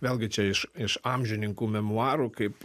vėlgi čia iš iš amžininkų memuarų kaip